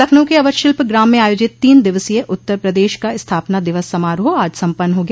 लखनऊ के अवध शिल्प ग्राम में आयोजित तीन दिवसीय उत्तर प्रदेश का स्थापना दिवस समारोह आज सम्पन्न हो गया